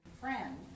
friend